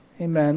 Amen